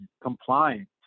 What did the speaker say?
compliance